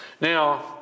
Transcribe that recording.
Now